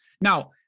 now